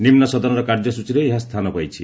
ନିମ୍ନ ସଦନର କାର୍ଯ୍ୟସଚୀରେ ଏହା ସ୍ଥାନ ପାଇଛି